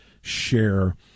share